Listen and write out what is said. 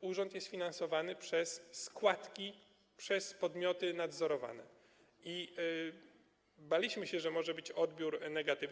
urząd jest finansowany przez składki, przez podmioty nadzorowane, i baliśmy się, że może być odbiór negatywny.